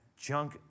junk